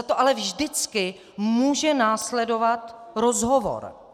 Zato ale vždycky může následovat rozhovor.